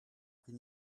can